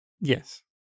yes